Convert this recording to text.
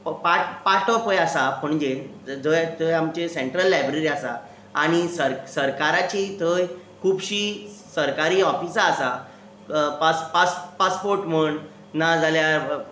प पाट्टो पळय आसा पणजे जंय जंय आमची सेंट्र्ल लायब्ररी आसा आनी सरकार सरकाराची थंय खुबशीं सरकारी ऑफिसां आसा पास पासपोर्ट म्हूण नाजाल्यार बारीक